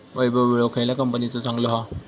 वैभव विळो खयल्या कंपनीचो चांगलो हा?